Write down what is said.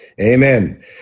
Amen